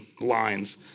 lines